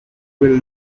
will